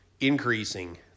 increasing